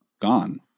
gone